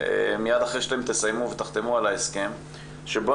מיד אחרי שאתם תסיימו ותחתמו על ההסכם שבו